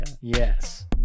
yes